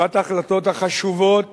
לאחת ההחלטות החשובות